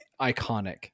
iconic